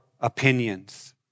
opinions